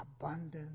abundant